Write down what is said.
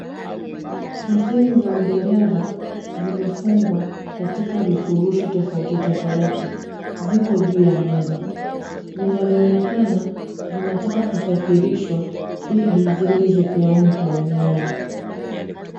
Leseni za udereva zimefungwa katika vifurushi tofauti tofauti. Ziko juu ya meza. Vinavyoonekana zinataka kusafirishwa ili ziende zipeanwe kwa wenyewe.